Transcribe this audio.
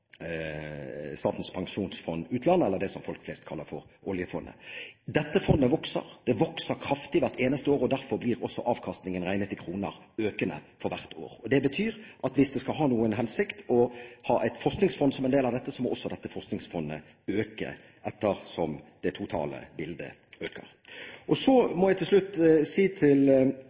Statens pensjonsfond utland, eller det som folk flest kaller oljefondet. Dette fondet vokser, og det vokser kraftig hvert eneste år. Derfor blir også avkastningen regnet i kroner økende for hvert år. Det betyr at hvis det skal ha noen hensikt å ha et forskningsfond som en del av dette, må også dette forskningsfondet øke ettersom det totale bildet øker. Jeg må til slutt si til